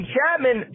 Chapman